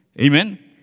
Amen